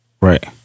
Right